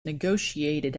negotiated